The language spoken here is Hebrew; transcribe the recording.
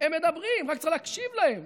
הם מדברים, רק צריך להקשיב להם,